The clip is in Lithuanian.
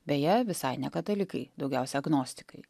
beje visai ne katalikai daugiausia agnostikai